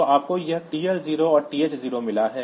तो आपको यह TL0 और TH0 मिला है